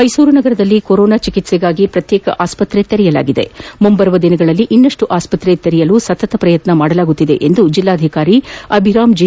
ಮೈಸೂರು ನಗರದಲ್ಲಿ ಕೊರೋನಾ ಚಿಕಿತ್ಸೆಗಾಗಿಯೇ ಪ್ರತ್ಯೇಕ ಆಸ್ಪತ್ರೆ ತೆರೆಯಲಾಗಿದೆ ಮುಂದಿನ ದಿನಗಳಲ್ಲಿ ಇನ್ನಷ್ಟು ಆಸ್ಪತ್ರೆಗಳನ್ನು ತೆರೆಯಲು ಸತತ ಪ್ರಯತ್ನ ಮಾಡಲಾಗುತ್ತಿದೆ ಎಂದು ಜಿಲ್ಲಾಧಿಕಾರಿ ಅಭಿರಾಮ್ ಜಿ